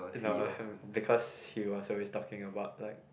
in our hm because he was always talking about like